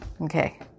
okay